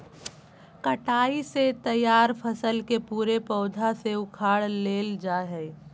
कटाई ले तैयार फसल के पूरे पौधा से उखाड़ लेल जाय हइ